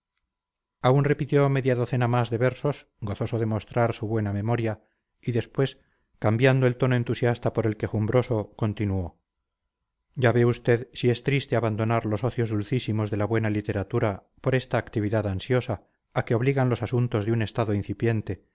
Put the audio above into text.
aún repitió media docena más de versos gozoso de mostrar su buena memoria y después cambiando el tono entusiasta por el quejumbroso continuó ya ve usted si es triste abandonar los ocios dulcísimos de la buena literatura por esta actividad ansiosa a que obligan los asuntos de un estado incipiente